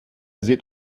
seht